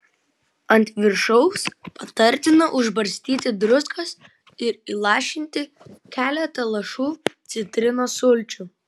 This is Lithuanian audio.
ant viršaus patartina užbarstyti druskos ir įlašinti keletą lašų citrinos sulčių